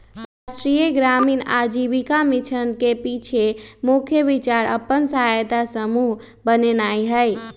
राष्ट्रीय ग्रामीण आजीविका मिशन के पाछे मुख्य विचार अप्पन सहायता समूह बनेनाइ हइ